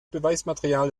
beweismaterial